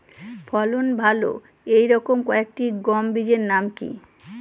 ফলন ভালো এই রকম কয়েকটি গম বীজের নাম কি?